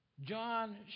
John